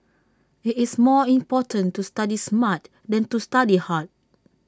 IT is more important to study smart than to study hard